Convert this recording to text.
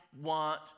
want